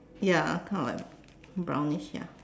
ya kind of like brownish ya